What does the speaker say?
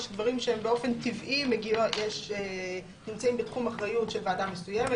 יש דברים שבאופן טבעי נמצאים בתחום האחריות של ועדה מסוימת.